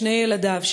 שני ילדיו,